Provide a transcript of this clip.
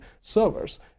servers